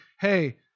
hey